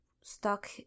Stuck